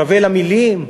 שווה למילים.